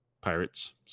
pirates